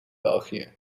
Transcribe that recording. belgië